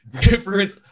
different